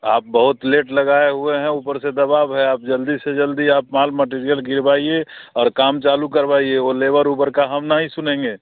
आप बहुत लेट लगाए हुए हैं ऊपर से दबाव है आप जल्दी से जल्दी आप माल मटिरियल गिरवाइए और काम चालू करवाइए वह लेबर उबर का हम नहीं सुनेंगे